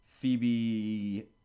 Phoebe